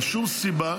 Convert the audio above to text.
אין שום סיבה